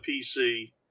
PC